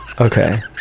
Okay